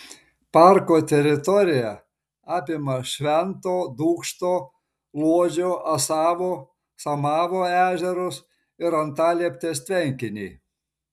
parko teritorija apima švento dūkšto luodžio asavo samavo ežerus ir antalieptės tvenkinį